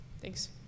Thanks